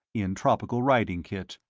in tropical riding kit,